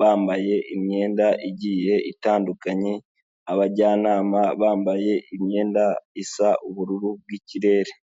bambaye imyenda igiye itandukanye, abajyanama bambaye imyenda isa ubururu bw'ikirere.